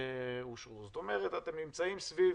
זאת אומרת, אתם נמצאים סביב